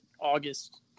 August